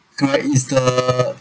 correct it's the